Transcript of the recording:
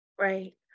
Right